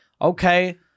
Okay